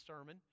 sermon